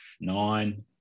nine